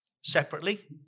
separately